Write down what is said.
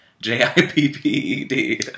J-I-P-P-E-D